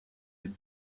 had